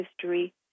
history